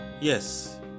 Yes